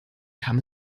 kam